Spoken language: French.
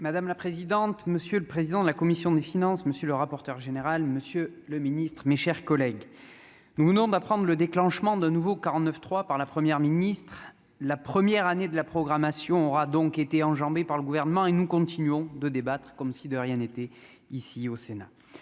Madame la présidente, monsieur le président de la commission des finances, monsieur le rapporteur général, monsieur le Ministre, mes chers collègues, nous venons d'apprendre le déclenchement nouveau 49 3 par la première ministre la première année de la programmation aura donc été enjambé par le gouvernement, et nous continuons de débattre, comme si de rien n'était ici au Sénat,